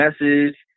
message